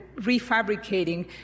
refabricating